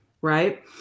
right